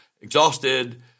exhausted